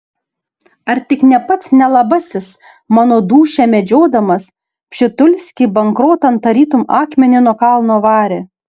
ar tik ne pats nelabasis mano dūšią medžiodamas pšitulskį bankrotan tarytum akmenį nuo kalno varė